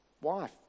wife